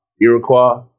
iroquois